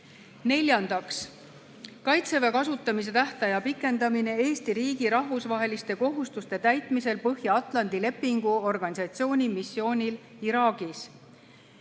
Neljandaks, "Kaitseväe kasutamise tähtaja pikendamine Eesti riigi rahvusvaheliste kohustuste täitmisel Põhja-Atlandi Lepingu Organisatsiooni missioonil Iraagis".